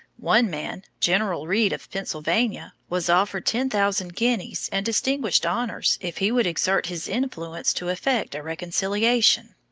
one man, general reed of pennsylvania, was offered ten thousand guineas and distinguished honors if he would exert his influence to effect a reconciliation.